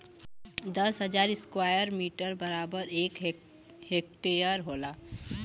दस हजार square metre बराबर एक हेक्टेयर होला